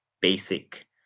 basic